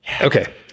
Okay